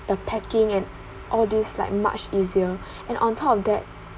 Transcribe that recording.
the packing and all these like much easier and on top of that